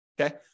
okay